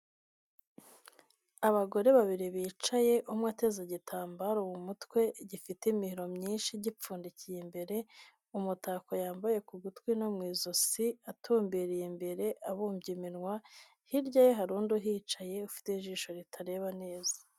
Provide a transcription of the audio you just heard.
Abagore babiri bicaye umwe ateze igitambaro mu mutwe gifite imihiro myinshi, gipfundikiye imbere umutako yambaye ku gutwi no mu ijosi, atumbiriye imbere, abumbye iminwa, hirya ye hari undi uhicaye, ufite ijisho ritareba neza.